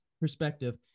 perspective